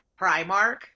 Primark